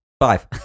Five